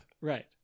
Right